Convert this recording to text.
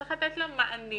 וצריך לתת לה מענים